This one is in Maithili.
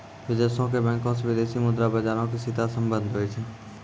विदेशो के बैंको से विदेशी मुद्रा बजारो के सीधा संबंध होय छै